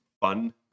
fun